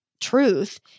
truth